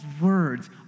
words